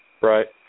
Right